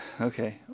Okay